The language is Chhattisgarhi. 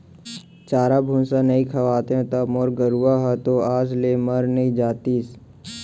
चारा भूसा नइ खवातेंव त मोर गरूवा ह तो आज ले मर नइ जातिस